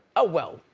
ah well,